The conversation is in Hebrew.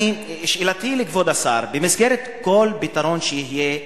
שאלתי לכבוד השר: במסגרת כל פתרון שיהיה בעתיד,